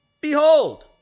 Behold